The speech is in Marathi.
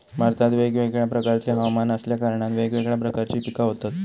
भारतात वेगवेगळ्या प्रकारचे हवमान असल्या कारणान वेगवेगळ्या प्रकारची पिका होतत